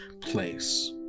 place